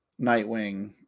Nightwing